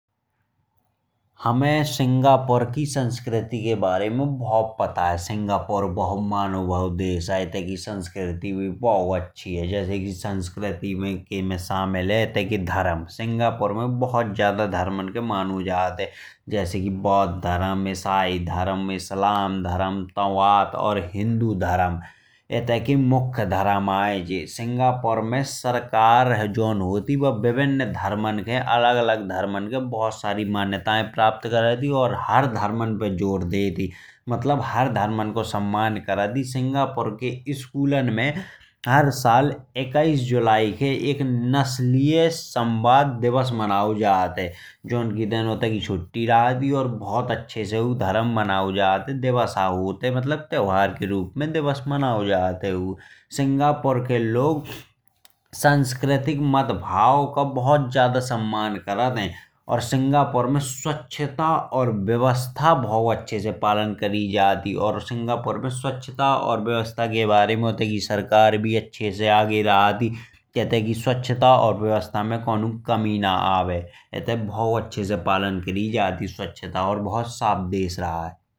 हमे सिंगापुर की संस्कृति के बारे में बहुत पता है। सिंगापुर बहुत मानो भाव देश आये इतते की संस्कृति बहुत अच्छी है। इतते की संस्कृति में शामिल है इतते के धरम। सिंगापुर में बहुत सारे धरमन के मना जात है जैसे की बौध धरम। इसाई धरम इस्लाम धरम तबत और हिन्दू धरम इतते के मुख्य धरम आये। सिंगापुर में सरकार जोन होत। ही बा विभिन्नया धरमन के अलग अलग धरमन के बहुत सारी मान्यातायें प्राप्त करत। ही और हर धरमन पे जोर देते ही मतलब हर धरमन को सम्मान करत ही। सिंगापुर के स्कूलन में हर साल इक्कीस जुलाई के एक नस्लीय सब्दव दिवस मनाओ जात है। जोन की दिन उतते की छुट्टी रहत ही और बहुत अच्छे से उ धरम मनाओ जात है। दिवस आ होत है मतलब त्योहार के रूप में दिवस मनाओ जात है उ। सिंगापुर के लोग सांस्कृतिक मतभेद का बहुत ज्यादा सम्मान करत है। और सिंगापुर में स्वच्छता और व्यवस्था बहुत अच्छे से पालन करी जात ही। और सिंगापुर में स्वच्छता और व्यवस्था के बारे में उतते की सरकार भी अच्छे से आगे रहत। ही इतते की स्वच्छता और व्यवस्था में कोन्हौ कमी ना आवे इतते। बहुत अच्छे से पालन करी जात ही स्वच्छता और बहुत साफ देश रहे।